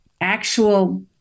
actual